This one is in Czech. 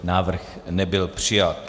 Návrh nebyl přijat.